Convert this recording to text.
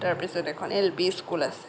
তাৰ পিছত এখন এলপি স্কুল আছে